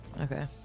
Okay